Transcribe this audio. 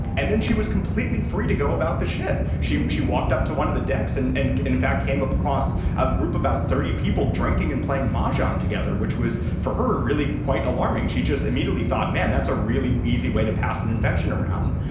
and then she was completely free to go about the ship. she she walked up to one of the decks and and in fact, came across a group, about thirty people drinking and playing mahjong together, which was for her really quite alarming. she just immediately thought, man, that's a really easy way to pass an infection around.